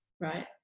right